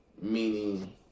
meaning